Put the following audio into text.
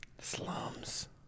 slums